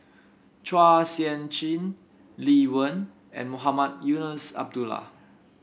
Chua Sian Chin Lee Wen and Mohamed Eunos Abdullah